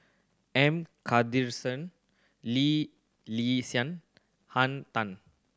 M Lee Li Sian Henn Tan